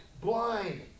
blind